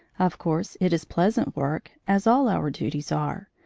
of course, it is pleasant work, as all our duties are,